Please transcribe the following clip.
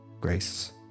Grace